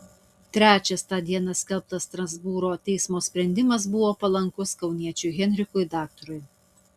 trečias tą dieną skelbtas strasbūro teismo sprendimas buvo palankus kauniečiui henrikui daktarui